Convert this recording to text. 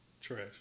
trash